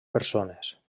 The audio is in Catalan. persones